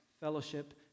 fellowship